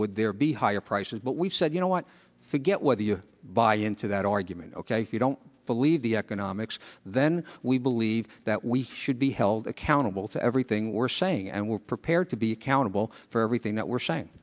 would there be higher prices but we've said you know what forget whether you buy into that argument ok if you don't believe the economics then we believe that we should be held accountable to everything we're saying and we're prepared to be accountable for everything that we're saying